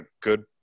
good